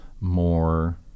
more